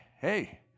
hey